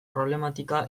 problematika